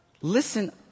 listen